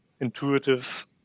intuitive